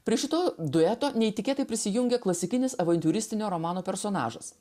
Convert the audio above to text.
prie šito dueto neįtikėtai prisijungia klasikinis avantiūristinio romano personažas